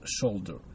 shoulder